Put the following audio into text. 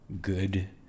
good